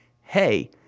hey